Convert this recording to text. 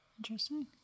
interesting